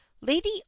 Lady